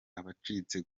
abacitse